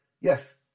Yes